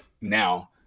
now